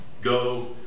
Go